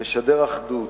לשדר אחדות,